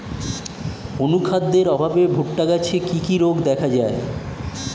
অনুখাদ্যের অভাবে ভুট্টা গাছে কি কি রোগ দেখা যায়?